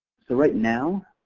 so right now,